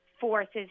forces